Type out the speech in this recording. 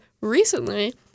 recently